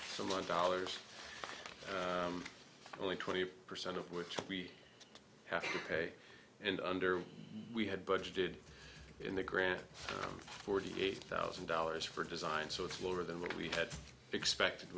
one dollars only twenty percent of which we have to pay and under we had budgeted in the grant forty eight thousand dollars for design so it's lower than what we had expected